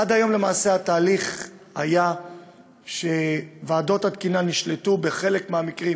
עד היום התהליך היה שוועדות התקינה נשלטו בחלק מהמקרים